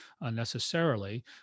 unnecessarily